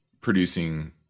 producing